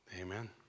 Amen